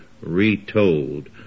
retold